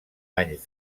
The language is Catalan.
anys